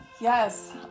yes